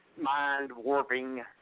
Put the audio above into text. Mind-warping